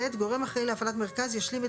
(ט)גורם אחראי להפעלת מרכז ישלים את